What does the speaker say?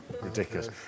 Ridiculous